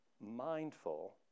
mindful